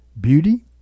beauty